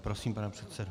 Prosím, pane předsedo.